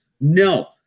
No